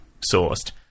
sourced